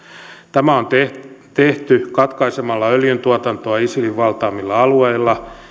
tämä on tehty tehty katkaisemalla öljyntuotantoa isilin valtaamilla alueilla